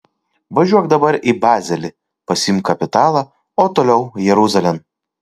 važiuok dabar į bazelį pasiimk kapitalą o toliau jeruzalėn